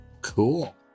Cool